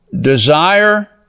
desire